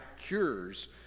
cures